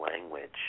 language